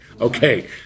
Okay